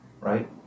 right